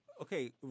okay